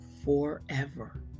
forever